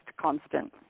constant